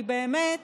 כי באמת